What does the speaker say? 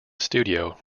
studio